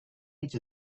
each